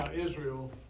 Israel